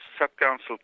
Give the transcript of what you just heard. sub-council